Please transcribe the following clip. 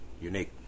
unique